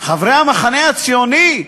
חברי המחנה הציוני,